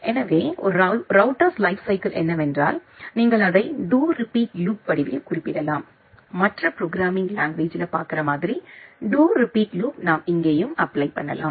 எனவே ஒரு routers life cycle என்னவென்றால் நீங்கள் அதை டூ ரிப்பீட் லூப் வடிவில் குறிப்பிடலாம் மற்ற ப்ரோக்ராமிங் லாங்குவேஜ்ல பாக்குற மாதிரி டூ ரிப்பீட் லூப் நாம் இங்கேயும் அப்ளை பண்ணலாம்